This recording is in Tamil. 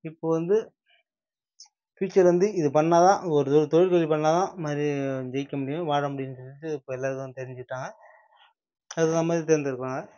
இப்போ வந்து ஃப்யூச்சர் வந்து இது பண்ணால் தான் இங்கே ஒரு தொ தொழிற்கல்வி பண்ணால் தான் இதுமாதிரி ஜெயிக்க முடியும் வாழ முடியும்னு சொல்லிட்டு இப்போ எல்லாேரும் தெரிஞ்சுக்கிட்டாங்க அதுக்கு தகுந்த மாதிரி தேர்ந்தெடுக்கிறாங்க